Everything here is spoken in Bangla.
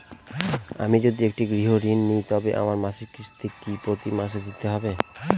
আমি যদি একটি গৃহঋণ নিই তবে আমার মাসিক কিস্তি কি প্রতি মাসে দিতে হবে?